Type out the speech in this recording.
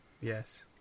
Yes